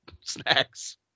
snacks